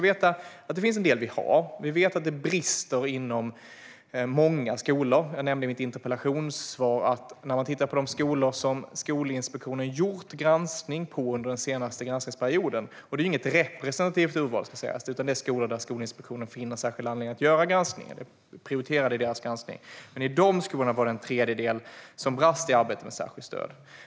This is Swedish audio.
Det finns en del vi har, men vi vet att det brister inom många skolor. Jag nämnde i mitt interpellationssvar att av de skolor där Skolinspektionen gjort en granskning under den senaste granskningsperioden - det är inget representativt urval, ska sägas, utan det är skolor som Skolinspektionen finner särskild anledning att granska och som därmed är prioriterade i dess granskning - var det en tredjedel som brast i arbetet med särskilt stöd.